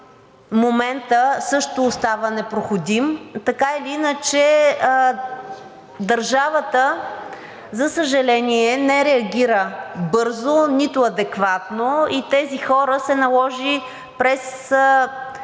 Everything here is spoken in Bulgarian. също остава непроходим. Така или иначе държавата, за съжаление, не реагира бързо, нито адекватно и тези хора се наложи през